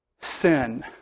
Sin